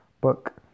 book